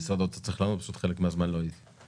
ולא ניתנו תשובות.